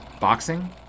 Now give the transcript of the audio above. boxing